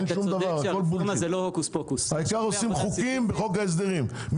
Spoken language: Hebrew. העיקר שעושים חוקים וחוק ההסדרים.